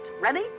Ready